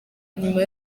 nyuma